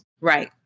Right